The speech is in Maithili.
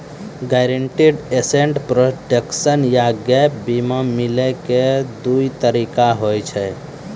गायरंटीड एसेट प्रोटेक्शन या गैप बीमा मिलै के दु तरीका होय छै